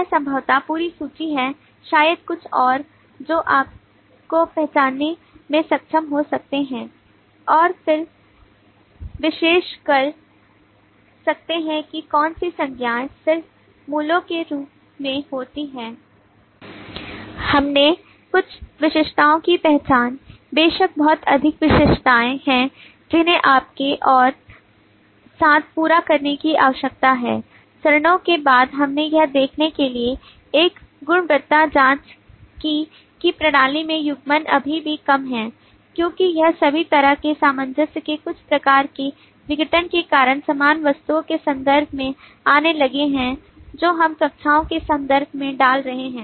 यह संभवतः पूरी सूची है शायद कुछ और जो आप को पहचानने में सक्षम हो सकते हैं और फिर विश्लेषण कर सकते हैं कि कौन सी संज्ञाएं सिर्फ मूल्यों के रूप में होती हैं हमने कुछ विशेषताओं को पहचाना बेशक बहुत अधिक विशेषताएं हैं जिन्हें आपके और साथ पूरा करने की आवश्यकता है चरणों के बाद हमने यह देखने के लिए एक गुणवत्ता जांच की कि प्रणाली में युग्मन अभी भी कम है क्योंकि यह सभी तरह के सामंजस्य के कुछ प्रकार के विघटन के कारण समान वस्तुओं के संदर्भ में आने लगे हैं जो हम कक्षाओं के संदर्भ में डाल रहे हैं